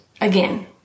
again